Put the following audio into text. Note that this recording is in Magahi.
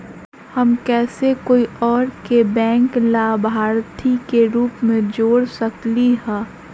हम कैसे कोई और के बैंक लाभार्थी के रूप में जोर सकली ह?